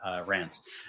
rants